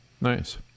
nice